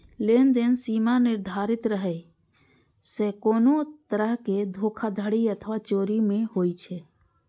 लेनदेन सीमा निर्धारित रहै सं कोनो तरहक धोखाधड़ी अथवा चोरी नै होइ छै